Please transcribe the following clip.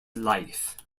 life